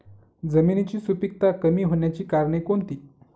जमिनीची सुपिकता कमी होण्याची कारणे कोणती?